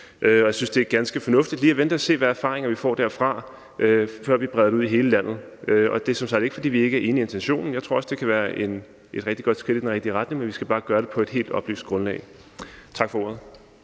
Og jeg synes, det er ganske fornuftigt lige at vente og se, hvilke erfaringer vi får derfra, før vi breder det ud i hele landet. Det er som sagt ikke, fordi vi ikke er enige i intentionen. Jeg tror også, det kan være et rigtig godt skridt i den rigtige retning. Men vi skal bare gøre det på et helt oplyst grundlag. Tak for ordet.